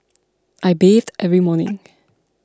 I bathe every morning